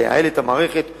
לייעל את המערכת.